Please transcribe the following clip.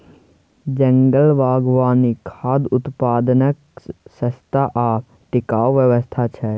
जंगल बागवानी खाद्य उत्पादनक सस्ता आ टिकाऊ व्यवस्था छै